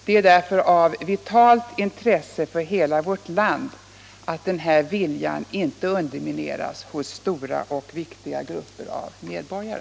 Det är därför av vitalt intresse för hela vårt land att denna vilja inte undermineras hos stora och viktiga grupper av medborgare.